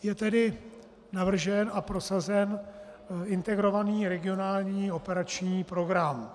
Je tedy navržen a prosazen Integrovaný regionální operační program.